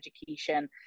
education